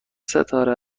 ستاره